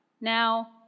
now